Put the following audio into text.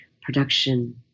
production